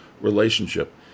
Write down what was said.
relationship